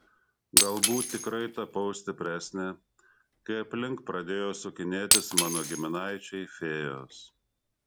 galbūt tikrai tapau stipresnė kai aplink pradėjo sukinėtis mano giminaičiai fėjos